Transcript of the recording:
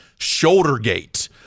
ShoulderGate